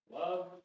Love